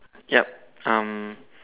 yup um